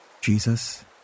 Jesus